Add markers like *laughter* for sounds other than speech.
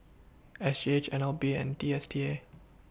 S G H N L B and D S T A *noise*